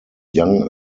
young